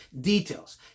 details